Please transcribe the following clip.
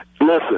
Listen